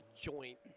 joint